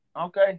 Okay